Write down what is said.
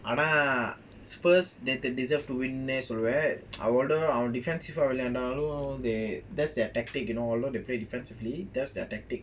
ஆனா:ana spurs they deserve to win சொல்லலாம்:sollalam that's their tactic although they play defensively that's their tactic